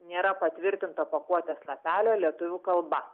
nėra patvirtinta pakuotės lapelio lietuvių kalba